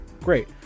great